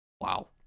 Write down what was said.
Wow